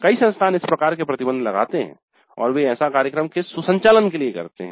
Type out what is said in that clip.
कई संस्थान इस प्रकार के प्रतिबंध लगाते हैं और वे ऐसा कार्यक्रम के सुसंचालन के लिए करते है